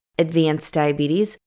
advanced diabetes,